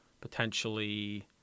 potentially